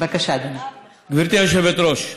גברתי היושבת-ראש,